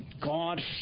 God